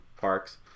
parks